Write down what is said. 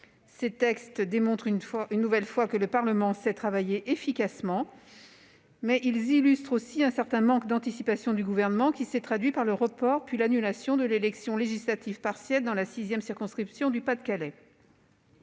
Si cela démontre une nouvelle fois que le Parlement sait travailler efficacement, cela illustre aussi un certain manque d'anticipation du Gouvernement, qui s'est traduit par le report puis l'annulation de l'élection législative partielle dans la sixième circonscription du Pas-de-Calais.